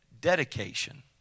dedication